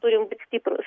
turim likt stiprūs